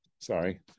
sorry